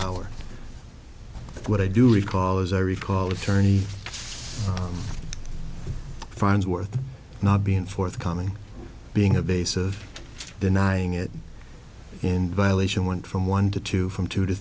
hour what i do recall as i recall attorney fines were not being forthcoming being a base of denying it in violation went from one to two from two to